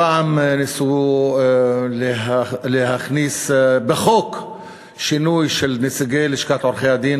פעם ניסו להכניס בחוק שינוי של נציגי לשכת עורכי-הדין